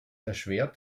erschwert